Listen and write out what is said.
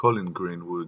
קולין גרינווד,